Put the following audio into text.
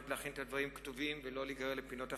להכין את הדברים כתובים ולא להיגרר לפינות אחרות,